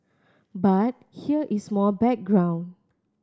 but here is more background